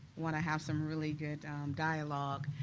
want to have some really good dialogue.